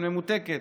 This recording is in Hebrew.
בממותקת